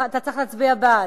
אתה צריך להצביע בעד.